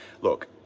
look